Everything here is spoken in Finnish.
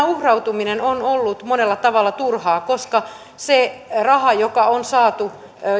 uhrautuminen on ollut monella tavalla turhaa koska se raha joka on saatu